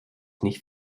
nicht